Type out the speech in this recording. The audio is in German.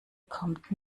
kommt